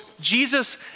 Jesus